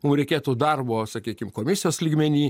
mum reikėtų darbo sakykim komisijos lygmeny